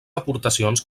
aportacions